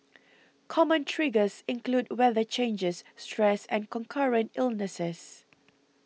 common triggers include weather changes stress and concurrent illnesses